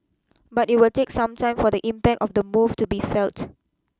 but it will take some time for the impact of the move to be felt